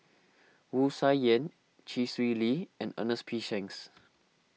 Wu Tsai Yen Chee Swee Lee and Ernest P Shanks